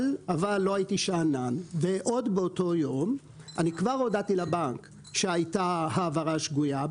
לא הייתי שאנן ועוד באותו יום אני כבר הודעתי לבנק שהייתה העברה שגויה.